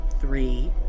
three